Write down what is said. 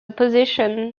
position